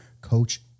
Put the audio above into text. coach